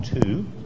two